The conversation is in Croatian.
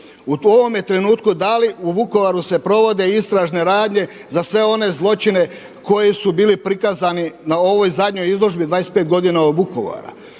u ovome trenutku dali u Vukovaru se provode istražne radnje za sve one zločine koji su bili prikazani na ovoj zadnjoj izložbi 25 godina od Vukovara.